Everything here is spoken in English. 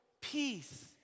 peace